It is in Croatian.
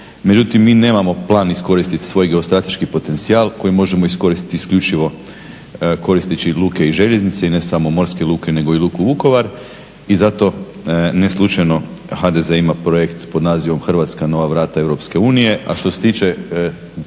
Međutim, mi nemamo plan iskoristiti svoj geostrateški potencijal koji možemo iskoristiti isključivo koristeći luke i željeznice i ne samo morske luke, nego i luku Vukovar. I zato ne slučajno HDZ ima projekt pod nazivom "Hrvatska nova vrata EU". A što se tiče,